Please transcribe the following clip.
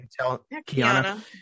Kiana